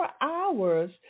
hours